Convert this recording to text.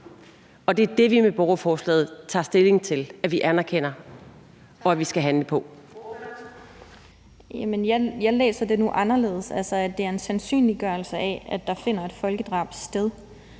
Det er det, vi med borgerforslaget tager stilling til at vi anerkender og skal handle på.